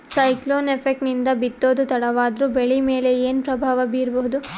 Cyclone effect ನಿಂದ ಬಿತ್ತೋದು ತಡವಾದರೂ ಬೆಳಿ ಮೇಲೆ ಏನು ಪ್ರಭಾವ ಬೀರಬಹುದು?